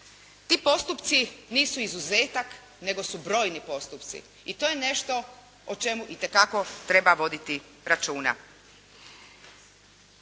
Ti postupci nisu izuzetak, nego su brojni postupci i to je nešto o čemu itekako treba voditi računa.